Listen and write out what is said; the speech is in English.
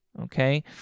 okay